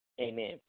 amen